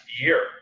year